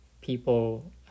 people